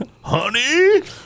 Honey